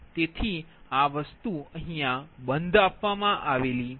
તેથી આ બંધ છે